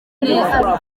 neza